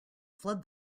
flood